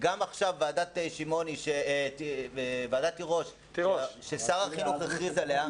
גם עכשיו ועדת תירוש ששר החינוך הכריז אליה,